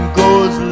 goes